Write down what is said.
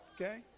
Okay